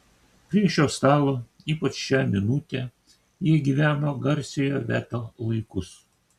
prie šio stalo ypač šią minutę jie gyveno garsiojo veto laikus